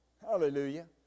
hallelujah